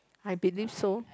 I believe so